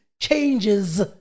changes